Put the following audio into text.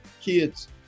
kids